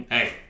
Hey